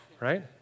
Right